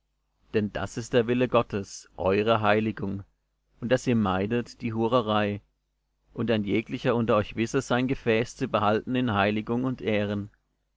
denn das ist der wille gottes eure heiligung und daß ihr meidet die hurerei und ein jeglicher unter euch wisse sein gefäß zu behalten in heiligung und ehren